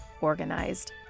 organized